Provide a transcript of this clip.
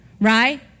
right